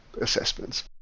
assessments